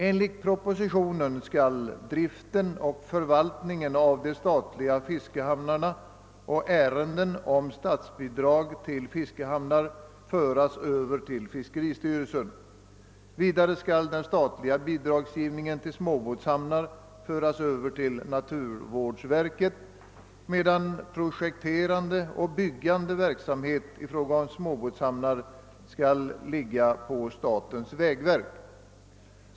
Enligt propositionen skall driften och förvaltningen av de större fiskehamnarna och ärenden om statsbidrag till fiskehamnar föras över till fiskeristyrelsen. Vidare skall den statliga bidragsgivningen till småbåtshamnar föras över till naturvårdsverket, medan projekterande och byggande av småbåtshamnar skall ligga hos statens vägverk.